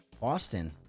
boston